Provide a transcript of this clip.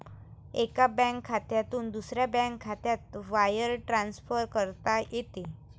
एका बँक खात्यातून दुसऱ्या बँक खात्यात वायर ट्रान्सफर करता येते